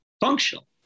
functional